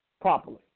properly